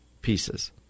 pieces